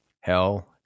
hell